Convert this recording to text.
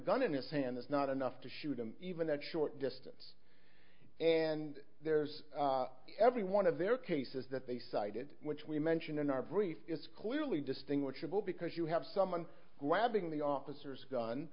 gun in his hand is not enough to shoot him even that short distance and there's every one of their cases that they cited which we mentioned in our brief it's clearly distinguishable because you have someone grabbing the officers